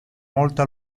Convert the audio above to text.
molto